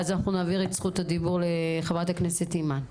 ואז נעביר את זכות הדיבור לחה"כ אימאן.